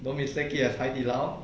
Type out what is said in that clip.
don't mistake it as hai di lao